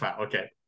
okay